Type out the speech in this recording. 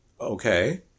okay